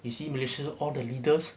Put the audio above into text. you see malaysia all the leaders